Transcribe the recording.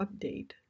update